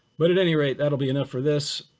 but at any rate, that'll be enough for this.